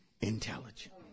intelligent